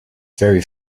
very